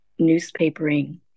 newspapering